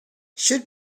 should